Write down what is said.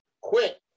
quit